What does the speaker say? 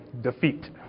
defeat